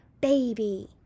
baby